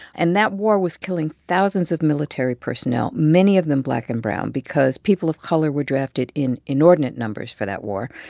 and that war was killing thousands of military personnel, many of them black and brown, because people of color were drafted in inordinate numbers for that war.